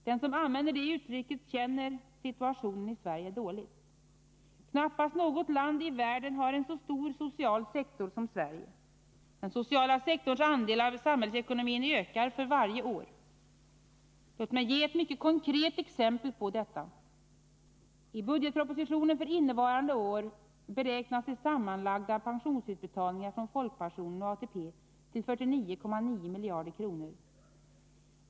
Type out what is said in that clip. Den som använder det uttrycket känner situationen i Sverige dåligt. Knappast något land i världen har en så stor social sektor som Sverige. Den sociala sektorns andel av samhällsekonomin ökar för varje år. Låt mig ge ett mycket konkret exempel på detta. I budgetpropositionen för innevarande budgetår beräknas de sammanlagda pensionsutbetalningarna från folkpension och ATP till 49,9 miljarder kronor.